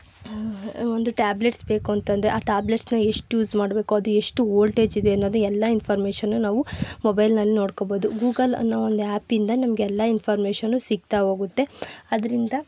ಒಂದು ಟ್ಯಾಬ್ಲೇಟ್ಸ್ ಬೇಕು ಅಂತಂದ್ರೆ ಆ ಟ್ಯಾಬ್ಲೆಟ್ಸ್ನ ಎಷ್ಟು ಯೂಸ್ ಮಾಡಬೇಕು ಅದು ಎಷ್ಟು ವೋಲ್ಟೇಜ್ ಇದೆ ಅನ್ನೋದು ಎಲ್ಲ ಇನ್ಫಾರ್ಮೇಷನು ನಾವು ಮೊಬೈಲ್ನಲ್ಲಿ ನೋಡ್ಕೋಬೋದು ಗೂಗಲ್ ಅನ್ನೋವೊಂದು ಆ್ಯಪ್ ಇಂದ ನಮಗೆಲ್ಲ ಇನ್ಫಾರ್ಮೇಷನ್ನು ಸಿಕ್ತಾಹೋಗುತ್ತೆ ಅದರಿಂದ